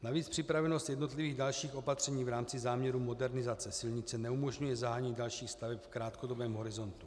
Navíc připravenost jednotlivých dalších opatření v rámci záměru modernizace silnice neumožňuje zahájení dalších staveb v krátkodobém horizontu.